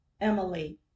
Emily